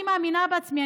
אני מאמינה בעצמי,